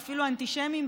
ואפילו אנטישמיים,